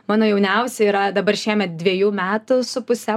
mano jauniausia yra dabar šiemet dvejų metų su puse